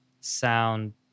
sound